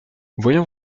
voyons